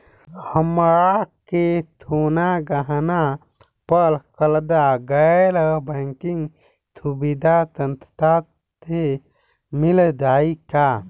हमरा के सोना गहना पर कर्जा गैर बैंकिंग सुविधा संस्था से मिल जाई का?